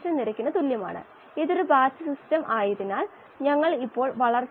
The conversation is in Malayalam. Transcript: ഇങ്ങനെ എഴുതാം yAG y Ai യ്ക്ക് പകരം കൊടുത്താൽ ഇങ്ങനെ എഴുതാം